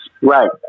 Right